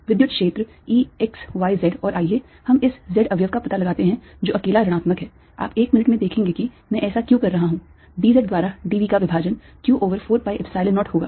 विद्युत क्षेत्र E x y z और आइए हम इस z अवयव का पता लगाते हैं जो अकेला ऋणात्मक है आप एक मिनट में देखेंगे कि मैं ऐसा क्यों कर रहा हूं dz द्वारा d v का विभाजन q over 4 pi Epsilon 0 होगा